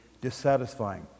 dissatisfying